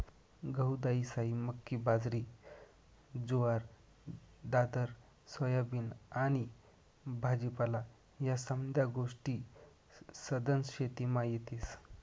गहू, दायीसायी, मक्की, बाजरी, जुवार, दादर, सोयाबीन आनी भाजीपाला ह्या समद्या गोष्टी सधन शेतीमा येतीस